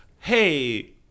Hey